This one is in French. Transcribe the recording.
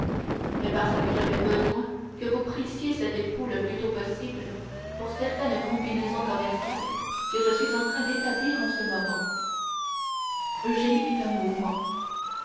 mais parce que j'avais besoin que vous prissiez cet époux le plus tôt possible pour certaines combinaisons commerciales que je suis en train d'établir en ce moment eugénie fit un mouvement